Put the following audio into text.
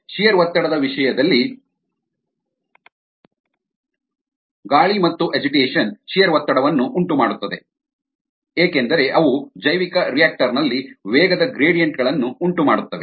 shear ಒತ್ತಡದ ವಿಷಯದಲ್ಲಿ ಗಾಳಿ ಮತ್ತು ಅಜಿಟೇಷನ್ ಶಿಯರ್ ಒತ್ತಡವನ್ನು ಉಂಟುಮಾಡುತ್ತದೆ ಏಕೆಂದರೆ ಅವು ಜೈವಿಕರಿಯಾಕ್ಟರ್ ನಲ್ಲಿ ವೇಗದ ಗ್ರೇಡಿಯಂಟ್ ಗಳನ್ನು ಉಂಟುಮಾಡುತ್ತವೆ